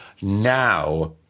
now